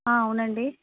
ఆ అవునండి